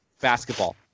basketball